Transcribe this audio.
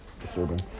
disturbing